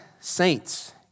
saints